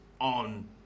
On